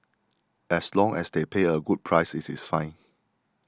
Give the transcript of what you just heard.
as long as they pay a good price it is fine